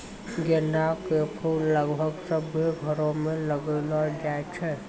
गेंदा के फूल लगभग सभ्भे घरो मे लगैलो जाय छै